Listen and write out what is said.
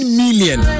million